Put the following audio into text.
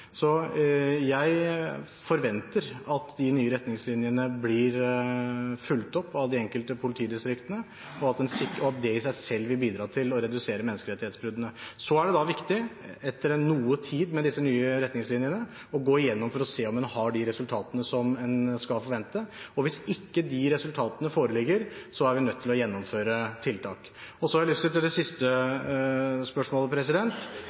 Jeg forventer at de nye retningslinjene blir fulgt opp av de enkelte politidistriktene, og at det i seg selv vil bidra til å redusere menneskerettighetsbruddene. Så er det viktig – etter noen tid med disse nye retningslinjene – å gå igjennom dette for å se på om en har fått de resultatene som en kan forvente. Hvis de resultatene ikke foreligger, er vi nødt til å gjennomføre tiltak. Jeg har lyst til – til det siste spørsmålet